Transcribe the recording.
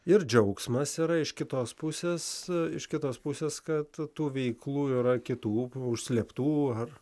ir džiaugsmas yra iš kitos pusės iš kitos pusės kad tų veiklų yra kitų užslėptų ar